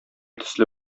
төсле